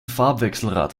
farbwechselrad